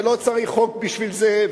ולא צריך חוק בשביל זה,